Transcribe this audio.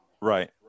Right